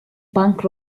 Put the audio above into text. bank